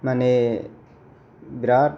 माने बिराद